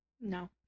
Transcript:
No